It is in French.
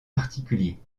particulier